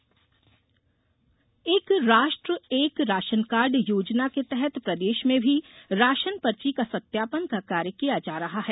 एक ration card एक राष्ट्र एक राशन कार्ड योजना के तहत प्रदेश में भी राशन पर्ची का सत्यापन का कार्य किया जा रहा है